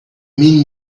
mean